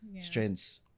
strengths